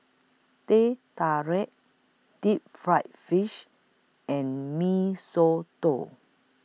Teh Tarik Deep Fried Fish and Mee Soto